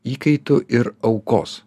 įkaitų ir aukos